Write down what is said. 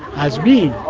as we,